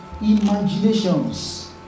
imaginations